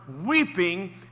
weeping